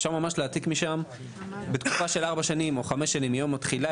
אפשר ממש להעתיק משם: "בתקופה של ארבע או חמש שנים מיום התחילה,